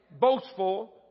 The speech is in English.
boastful